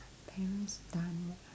parents done